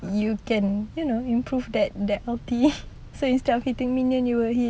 you can you know improve that that ulti so instead of hitting minion you will hit